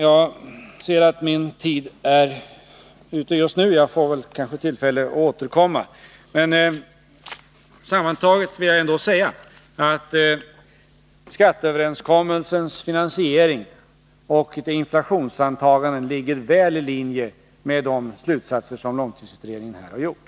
Jag ser att min taletid är ute nu. Jag får kanske tillfälle att återkomma. Sammantaget vill jag ändå säga att skatteöverenskommelsens finansiering och dess inflationsantagande ligger väl i linje med de slutsatser som långtidsutredningen här har gjort.